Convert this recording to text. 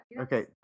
okay